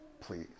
please